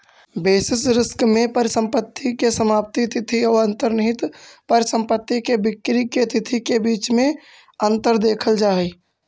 basis risk में परिसंपत्ति के समाप्ति तिथि औ अंतर्निहित परिसंपत्ति के बिक्री के तिथि के बीच में अंतर देखल जा हई